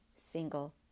single